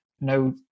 no